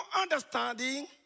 understanding